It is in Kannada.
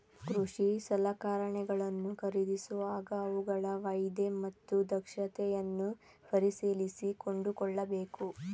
ಕೃಷಿ ಸಲಕರಣೆಗಳನ್ನು ಖರೀದಿಸುವಾಗ ಅವುಗಳ ವಾಯ್ದೆ ಮತ್ತು ದಕ್ಷತೆಯನ್ನು ಪರಿಶೀಲಿಸಿ ಕೊಂಡುಕೊಳ್ಳಬೇಕು